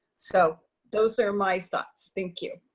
so those are my thoughts. thank you.